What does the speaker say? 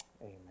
Amen